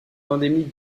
endémique